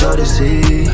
Odyssey